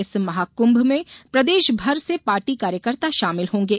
इस महाकुंभ में प्रदेशभर से पार्टी कार्यकर्ता शामिल होंगे